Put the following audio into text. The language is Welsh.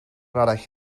arall